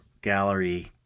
gallery